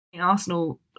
Arsenal